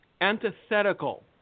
antithetical